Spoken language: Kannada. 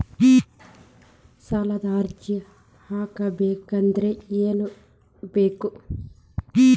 ಸಾಲದ ಅರ್ಜಿ ಹಾಕಬೇಕಾದರೆ ಏನು ಬೇಕು?